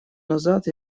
назад